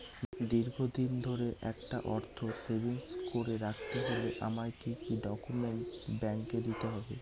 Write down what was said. দীর্ঘদিন ধরে একটা অর্থ সেভিংস করে রাখতে হলে আমায় কি কি ডক্যুমেন্ট ব্যাংকে দিতে হবে?